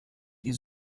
die